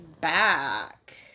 back